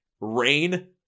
rain